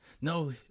No